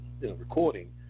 recording